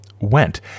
went